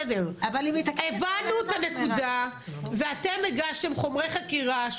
הבנו את הנקודה ואתם הגשתם חומרי חקירה,